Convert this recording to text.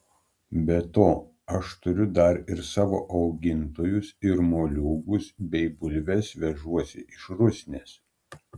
be to aš turiu dar ir savo augintojus ir moliūgus bei bulves vežuosi iš rusnės